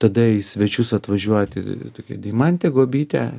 tada į svečius atvažiuoti tokia deimantė guobytė